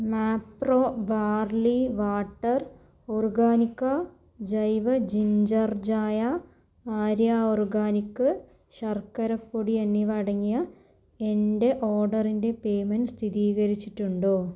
Mapro barley water ഓർഗാനിക്ക ജൈവ ginger ചായ ആര്യ ഓർഗാനിക് ശർക്കര പൊടി എന്നിവ അടങ്ങിയ എന്റെ ഓഡറിന്റെ പേയ്മെൻറ്റ് സ്ഥിരീകരിച്ചിട്ടുണ്ടോ